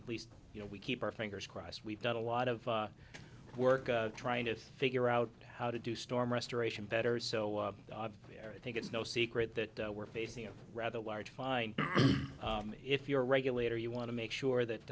at least you know we keep our fingers crossed we've got a lot of work trying to figure out how to do storm restoration better so i think it's no secret that we're facing a rather large fine if you're a regulator you want to make sure that